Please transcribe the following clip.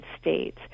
states